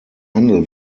handel